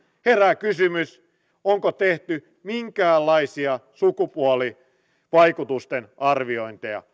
herää kysymys onko tehty minkäänlaisia sukupuolivaikutusten arviointeja